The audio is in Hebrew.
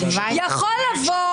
יכול לבוא